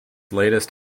latest